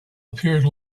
appeared